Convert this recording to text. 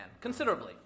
considerably